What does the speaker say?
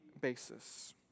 basis